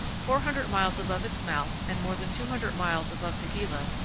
four hundred miles above its mouth and more than two hundred miles above the gila,